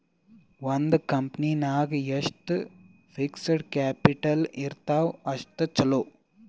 ಒಂದ್ ಕಂಪನಿ ನಾಗ್ ಎಷ್ಟ್ ಫಿಕ್ಸಡ್ ಕ್ಯಾಪಿಟಲ್ ಇರ್ತಾವ್ ಅಷ್ಟ ಛಲೋ